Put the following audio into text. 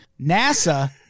NASA